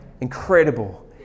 incredible